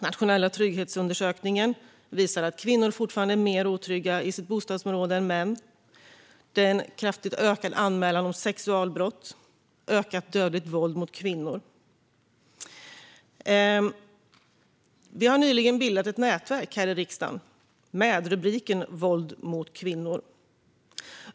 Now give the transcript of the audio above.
Nationella trygghetsundersökningen visar att kvinnor fortfarande är mer otrygga i sitt bostadsområde än män. Vi ser ett kraftigt ökat antal anmälningar om sexualbrott och ökat dödligt våld mot kvinnor. Vi har nyligen bildat ett nätverk här i riksdagen, på temat våld mot kvinnor.